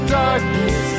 darkness